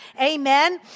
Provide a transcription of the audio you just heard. Amen